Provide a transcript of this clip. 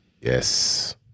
Yes